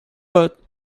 but